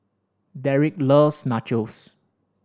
Dereck loves Nachos